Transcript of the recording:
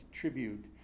tribute